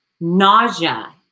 nausea